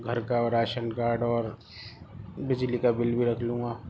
گھر کا ration card اور بجلی کا بل بھی رکھ لوں گا